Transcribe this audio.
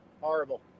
Horrible